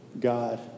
God